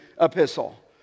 epistle